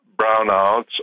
brownouts